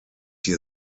hier